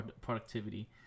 productivity